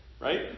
Right